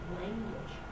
language